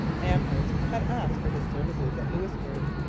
amherst had asked for his services at louisbourg.